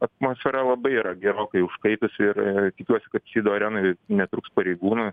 atmosfera labai yra gerokai užkaitusi ir tikiuosi kad hido arenoj netruks pareigūnų